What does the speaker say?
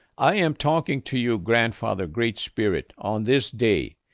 i am talking to you, grandfather great spirit, on this day.